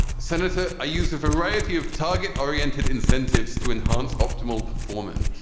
senator i use a variety of target oriented incentives to enhance optimal performance